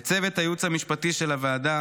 לצוות הייעוץ המשפטי של הוועדה,